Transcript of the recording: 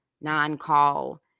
non-call